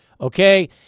okay